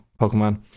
Pokemon